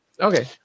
Okay